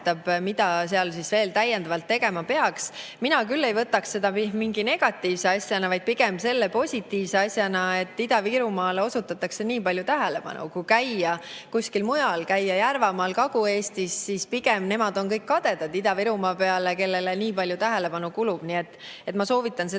mida seal veel tegema peaks. Mina küll ei võtaks seda mingi negatiivse asjana, vaid pigem positiivse asjana, sest Ida-Virumaale osutatakse nii palju tähelepanu. Kui käia kuskil mujal, käia Järvamaal või Kagu-Eestis, siis nemad on pigem kõik kadedad Ida-Virumaa peale, kellele nii palju tähelepanu kulub. Nii et ma soovitan seda